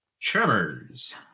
Tremors